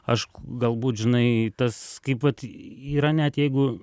aš galbūt žinai tas kaip vat yra net jeigu